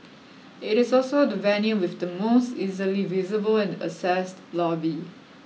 it is also the venue with the most easily visible and accessed lobby